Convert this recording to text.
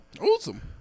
Awesome